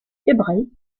hébraïque